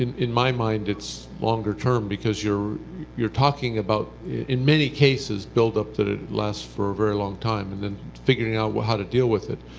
in my mind, it's longer term because you're you're talking about, in many cases, built up that it lasts for a very long time and then figuring out how to deal with it.